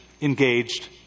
engaged